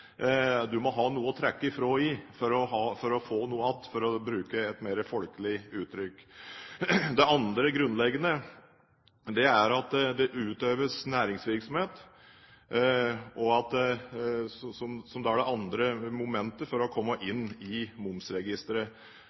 Du må ha noe å trekke fra på for å få noe igjen, for å bruke et mer folkelig uttrykk. Det andre grunnleggende momentet for å komme inn i momsregisteret er at det utøves næringsvirksomhet. Jeg mener det blir veldig vanskelig dersom en skal fravike de to grunnleggende prinsippene for å komme inn i